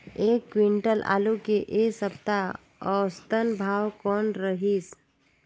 एक क्विंटल आलू के ऐ सप्ता औसतन भाव कौन रहिस?